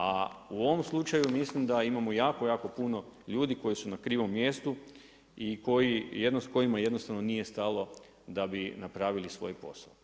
A u ovom slučaju ja mislim da imamo jako, jako puno ljudi koji su na krivom mjestu i kojima jednostavno nije stalo da bi napravili svoj posao.